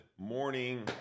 morning